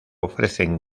ofrecen